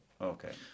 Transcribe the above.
okay